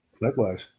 Likewise